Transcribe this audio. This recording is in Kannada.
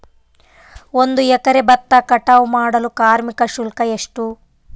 ಒಂದು ಎಕರೆ ಭತ್ತ ಕಟಾವ್ ಮಾಡಲು ಕಾರ್ಮಿಕ ಶುಲ್ಕ ಎಷ್ಟು?